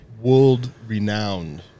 World-renowned